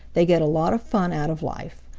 they get a lot of fun out of life.